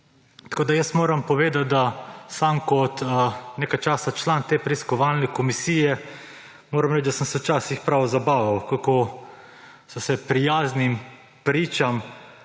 Tako moram povedati, da sam kot nekaj časa član te preiskovalne komisije, moram reči, da sem se včasih prav zabaval, kako so se prijaznim pričam